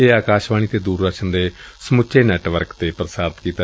ਇਹ ਆਕਾਸ਼ਵਾਣੀ ਅਤੇ ਦੁਰਦਰਸ਼ਨ ਦੇ ਸਮੁੱਚੇ ਨੈੱਟਵਰਕ ਤੇ ਪ੍ਰਸਾਰਿਤ ਕੀਤਾ ਜਾਏਗਾ